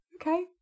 Okay